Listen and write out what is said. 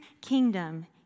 kingdom